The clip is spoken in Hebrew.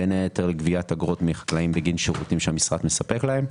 בין היתר גביית אגרות מחקלאים בגין שירותים שהמשרד מספק להם,